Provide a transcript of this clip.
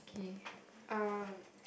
okay um